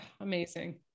Amazing